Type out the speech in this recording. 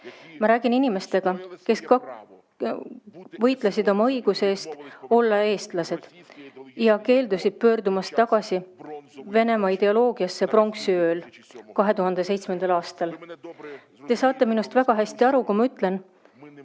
Ma räägin inimestega, kes võitlesid oma õiguse eest olla eestlased ja keeldusid pöördumast tagasi Venemaa ideoloogiasse pronksiööl 2007. aastal. Te saate minust väga hästi aru, kui ma ütlen,